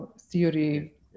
theory